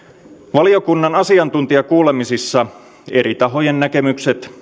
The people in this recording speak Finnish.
valiokunnan asiantuntijakuulemisissa eri tahojen näkemykset